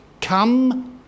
come